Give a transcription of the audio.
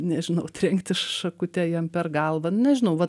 nežinau trenkti šakute jam per galvą nu nežinau vat